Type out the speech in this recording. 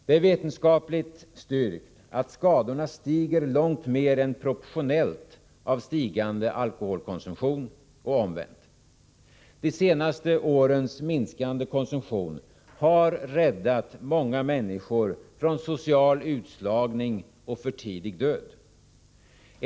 Det är vetenskapligt styrkt, att skadorna stiger långt mer än proportionellt mot stigande alkoholkonsumtion, och omvänt. De senaste årens minskade konsumtion har räddat många människor från social utslagning och för tidig död.